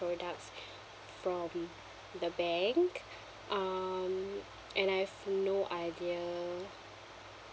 products from the bank um and I've no idea